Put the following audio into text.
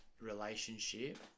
relationship